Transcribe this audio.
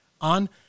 on